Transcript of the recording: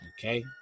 okay